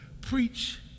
preach